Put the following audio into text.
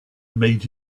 made